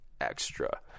extra